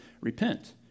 repent